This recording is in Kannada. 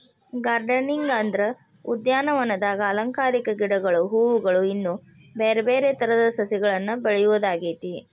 ಗಾರ್ಡನಿಂಗ್ ಅಂದ್ರ ಉದ್ಯಾನವನದಾಗ ಅಲಂಕಾರಿಕ ಗಿಡಗಳು, ಹೂವುಗಳು, ಇನ್ನು ಬ್ಯಾರ್ಬ್ಯಾರೇ ತರದ ಸಸಿಗಳನ್ನ ಬೆಳಿಯೋದಾಗೇತಿ